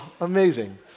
amazing